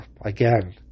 again